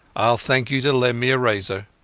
iall thank you to lend me a razor